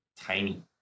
tiny